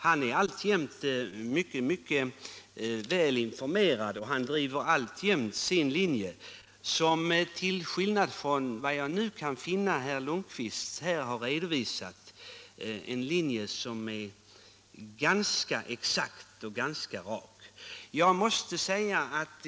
Han är alltjämt mycket väl informerad och driver fortfarande sin linje som =— till skillnad från den som herr Lundkvist, såvitt jag förstår, nu redovisat — är ganska exakt och rak.